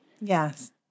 Yes